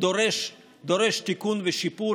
דורש תיקון ושיפור.